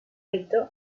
rito